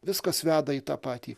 viskas veda į tą patį